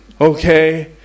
Okay